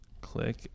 Click